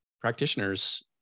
practitioners